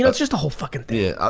it's just a whole fucking thing.